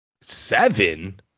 Seven